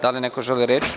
Da li neko želi reč?